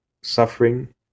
suffering